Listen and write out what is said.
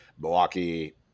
Milwaukee